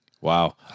Wow